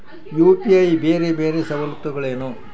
UPI ಬೇರೆ ಬೇರೆ ಸವಲತ್ತುಗಳೇನು?